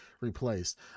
replaced